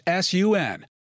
sun